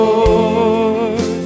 Lord